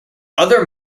other